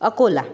Akola